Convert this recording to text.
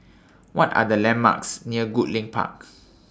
What Are The landmarks near Goodlink Park